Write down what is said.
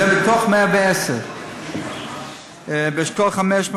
זה מתוך 110. באשכול 5,